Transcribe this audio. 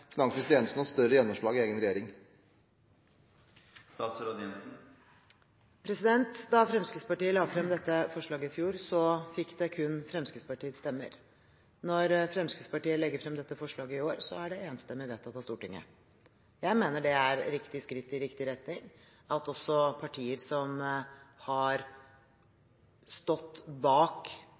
større gjennomslag i egen regjering? Da Fremskrittspartiet la frem dette forslaget i fjor, fikk det kun Fremskrittspartiets stemmer. Når Fremskrittspartiet legger frem dette forslaget i år, er det enstemmig vedtatt av Stortinget. Jeg mener det er et riktig skritt i riktig retning at også partier som har stått bak